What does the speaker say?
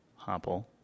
Hoppel